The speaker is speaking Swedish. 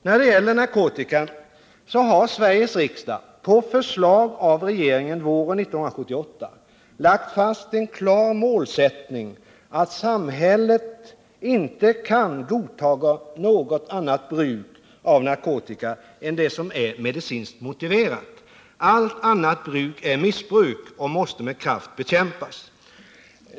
När det gäller narkotikan har Sveriges riksdag, på förslag av regeringen våren 1978, lagt fast en klar målsättning att samhället inte kan godta något annat bruk av narkotika än det som är medicinskt motiverat. Allt annat bruk är missbruk och måste med kraft bekämpas.